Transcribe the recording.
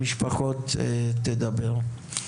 המשפחות תדברנה.